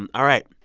and all right,